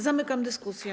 Zamykam dyskusję.